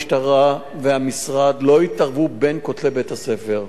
המשטרה והמשרד לא יתערבו בין כותלי בית-הספר.